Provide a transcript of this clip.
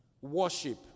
worship